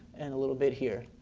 and a little bit here.